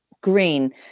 green